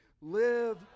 Live